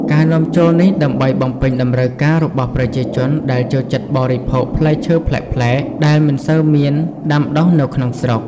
ការនាំចូលនេះដើម្បីបំពេញតម្រូវការរបស់ប្រជាជនដែលចូលចិត្តបរិភោគផ្លែឈើប្លែកៗ ដែលមិនសូវមានដាំដុះនៅក្នុងស្រុក។